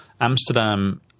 Amsterdam